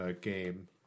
game